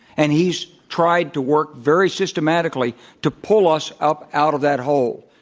and he's tried to work very systematically to pull us up out of that hole,